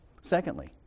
secondly